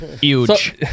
Huge